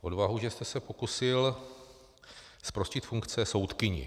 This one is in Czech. Odvahu, že jste se pokusil zprostit funkce soudkyni.